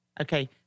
Okay